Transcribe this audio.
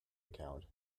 account